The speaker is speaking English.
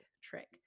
trick